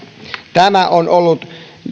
tämä on ollut